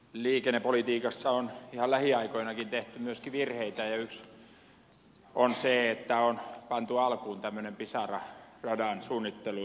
liikennepolitiikassa on ihan lähiaikoinakin tehty myöskin virheitä ja yksi on se että on pantu alkuun tämmöinen pisara radan suunnittelu